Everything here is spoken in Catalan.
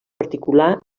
particular